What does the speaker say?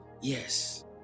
Yes